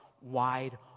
wide